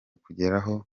kuzageraho